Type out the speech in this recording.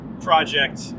Project